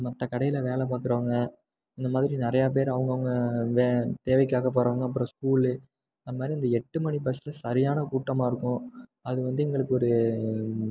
அப்புறம் மற்ற கடையில் வேலை பார்க்குறவங்க இந்தமாதிரி நிறையா பேர் அவங்க அவங்க வே தேவைக்காகப் போகிறவங்க ஸ்கூலு அந்தமாதிரி இந்த எட்டு மணி பஸ்சில் சரியான கூட்டமாக இருக்கும் அதுவந்து எங்களுக்கு ஒரு